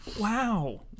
Wow